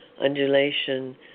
undulation